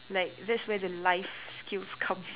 like that's where the life skills come